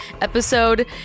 episode